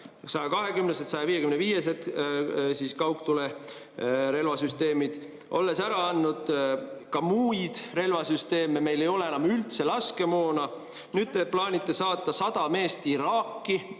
155-sed kaugtule relvasüsteemid, ja olete ära andnud ka muid relvasüsteeme. Meil ei ole enam üldse laskemoona. Nüüd te plaanite saata sada meest Iraaki,